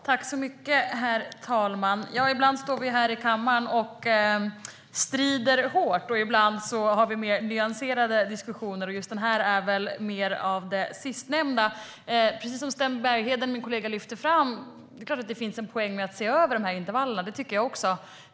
Herr talman! Ibland står vi här i kammaren och strider hårt, medan vi andra gånger har en mer nyanserad diskussion. Just den här är väl mer av den sistnämnda. Som min kollega Sten Bergheden lyfte fram är det klart att det finns en poäng med att se över tidsintervallerna. Det tycker jag också.